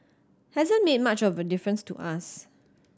hasn't made much of a difference to us